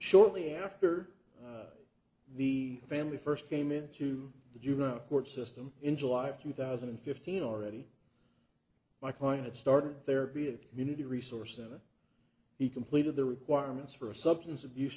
shortly after the family first came into the juvenile court system in july of two thousand and fifteen already my client started therapy a community resource center he completed the requirements for a substance abuse